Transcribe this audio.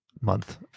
month